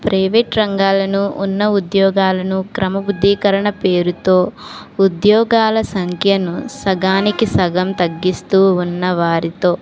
private రంగాలను ఉన్న ఉద్యోగాలను క్రమబద్దీకరణ పేరుతో ఉద్యోగాల సంఖ్యను సగానికి సగం తగ్గిస్తూ ఉన్న వారితో